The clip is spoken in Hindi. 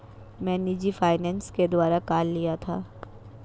मैं निजी फ़ाइनेंस के द्वारा कार लिया था